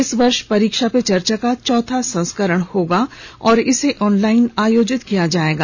इस वर्ष परीक्षा पे चर्चा का चौथा संस्केरण होगा और इसे ऑनलाइन आयोजित किया जाएगा